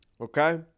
Okay